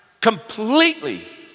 completely